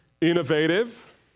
innovative